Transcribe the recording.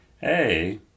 hey